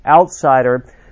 outsider